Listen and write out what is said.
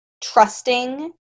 trusting